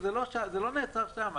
זה לא נעצר שם.